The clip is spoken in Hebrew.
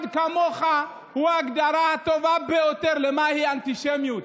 אחד כמוך הוא ההגדרה הטובה ביותר למהי אנטישמיות.